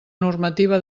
normativa